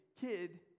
Kid